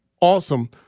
awesome